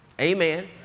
Amen